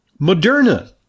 Moderna